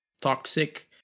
toxic